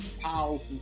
powerful